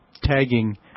tagging